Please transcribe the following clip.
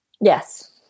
Yes